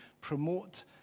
promote